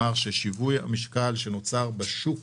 כששיווי המשקל שנוצר בשוק